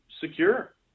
secure